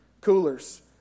coolers